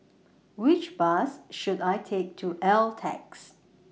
Which Bus should I Take to